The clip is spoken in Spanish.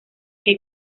que